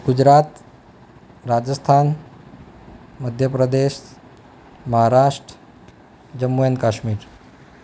Gujarat Rajasthan Madhya Pradesh Maharashtra Jammu and Kashmir